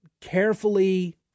carefully